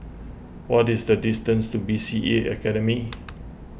what is the distance to B C A Academy